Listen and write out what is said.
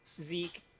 Zeke